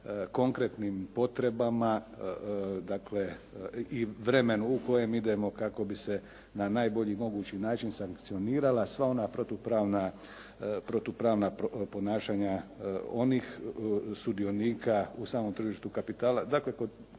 konkretnim potrebama, dakle i vremenu u kojem idemo kako bi se na najbolji mogući način sankcionirala sva ona protupravna ponašanja onih sudionika u samom tržištu kapitala. Dakle, kad